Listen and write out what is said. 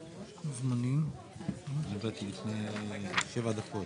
אני מתכבד לפתוח את ישיבת ועדת הכספים.